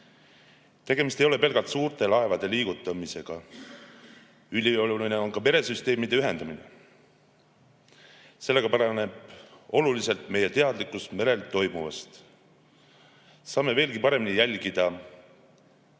Valve. Tegemist ei ole pelgalt suurte laevade liigutamisega. Ülioluline on ka meresüsteemide ühendamine. Sellega paraneb oluliselt meie teadlikkus merel toimuvast. Saame veelgi paremini ja veelgi